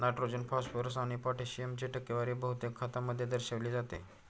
nitrogen, phosphorus आणि पोटॅशियमची टक्केवारी बहुतेक खतांमध्ये दर्शविली जाते